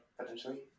potentially